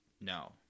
No